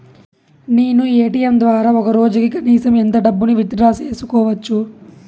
నేను ఎ.టి.ఎం ద్వారా ఒక రోజుకి కనీసం ఎంత డబ్బును విత్ డ్రా సేసుకోవచ్చు?